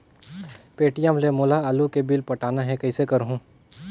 Paytm ले मोला आलू के बिल पटाना हे, कइसे करहुँ?